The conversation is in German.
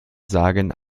sagen